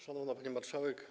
Szanowna Pani Marszałek!